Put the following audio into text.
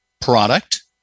product